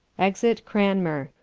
exit cranmer.